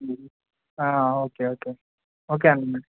okay okay okay అండి మరి